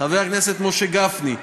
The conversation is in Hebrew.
חבר הכנסת משה גפני,